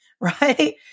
right